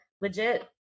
legit